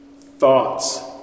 thoughts